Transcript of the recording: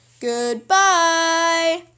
Goodbye